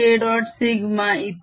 σ इतका